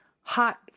hot